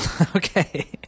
okay